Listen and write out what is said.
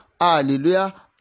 hallelujah